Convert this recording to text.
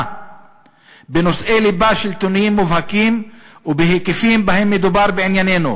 בנושאי ליבה שלטוניים מובהקים ובהיקפים בהם מדובר בענייננו.